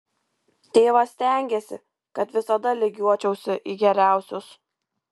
tėvas stengėsi kad visada lygiuočiausi į geriausius